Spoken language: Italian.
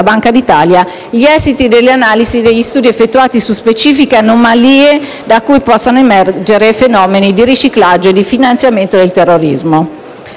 Banca d'Italia gli esiti delle analisi e degli studi effettuati su specifiche anomalie da cui emergono fenomeni di riciclaggio o di finanziamento del terrorismo